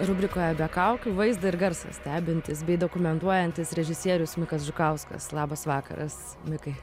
rubrikoje be kaukių vaizdą ir garsą stebintis bei dokumentuojantis režisierius mikas žukauskas labas vakaras mikai